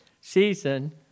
season